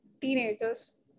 teenagers